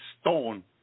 stone